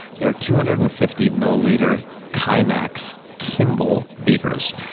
they're two hundred and fifty milliliter kimax kimble beakers.